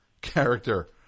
character